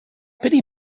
pity